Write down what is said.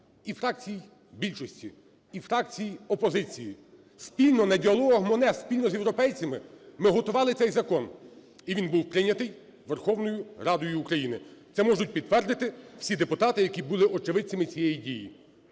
і фракцій більшості, і фракцій опозиції. Спільно, на "Діалогах Моне", спільно з європейцями, ми готували цей закон. І він був прийнятий Верховною Радою України, це можуть підтвердити всі депутати, які були очевидцями цієї дії.